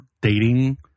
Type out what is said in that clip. dating